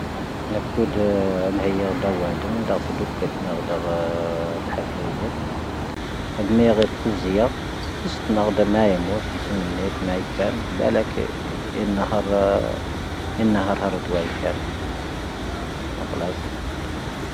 ⵍⴰⴽ ⴽⵓⴷ ⵀⵎⵀⴰⵉⴰ ⵔⴷⴰⵡⴰⴷ ⵎⵏⴷⴰ ⵏⴷⴰ ⵏⴷⴰ ⵜⴰⴷⵓⴽⴽⴰⵍⵜ ⵎⵏⴷⴰ ⵔⴷⴰⴳⵀ ⴰⵍ-ⵀⴰⴼⵍⴰⵉⵢⴰⵜ. ⴰⴳⵎⴻⵢⵔⴻ ⵜⵜⵉⵣⵉⴰ. ⵜⵙⵉⵙⵜ ⵏⴰⵔⴷⴰⵎⴰⵢⴰⵎ ⵎⵡoⵙ ⵢⵉⵙⵉⵎⵏⴰⵢⴰⵜ ⵎⴰⵉⴽⴰⵏ. ⴱⴰ'ⴰ ⵍⴰⴽ ⵉ ⵏⵏⴰ ⵀⴰⵔⴰ. ⵏⵏⴰ ⵀⴰⵔ ⵀⴰⵔⴰⵜ ⵡⴰⵉⴽⴰⵏ. ⵎⵡoⴽⵍⴰⵙ.